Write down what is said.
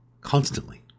constantly